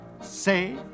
say